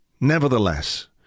nevertheless